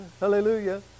hallelujah